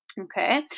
Okay